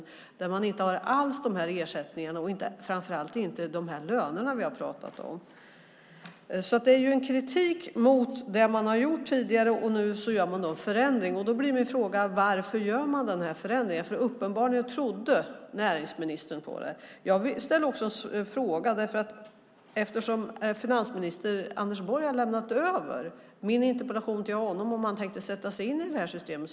Där har man inte alls de här ersättningarna och framför allt inte de här lönerna, som vi har pratat om. Det är alltså en kritik mot det man har gjort tidigare, och nu gör man en förändring. Då blir min fråga: Varför gör man den här förändringen? Näringsministern trodde ju uppenbarligen på detta. Jag ställde också en fråga, eftersom finansminister Anders Borg har lämnat över den interpellation jag ställde till honom, om finansministern tänkte sätta sig in i det här systemet.